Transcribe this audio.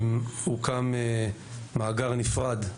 הוקם מאגר נפרד,